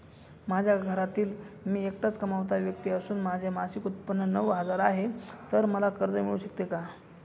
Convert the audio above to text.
माझ्या घरातील मी एकटाच कमावती व्यक्ती असून माझे मासिक उत्त्पन्न नऊ हजार आहे, तर मला कर्ज मिळू शकते का?